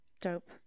Dope